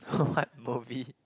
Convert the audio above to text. what movie